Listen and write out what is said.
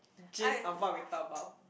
gist of what we talk about